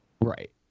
Right